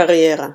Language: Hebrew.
קריירה